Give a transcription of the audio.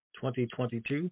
2022